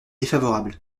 défavorable